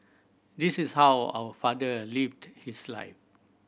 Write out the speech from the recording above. this is how our father lived his life